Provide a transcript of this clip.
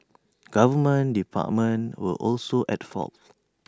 government departments were also at fault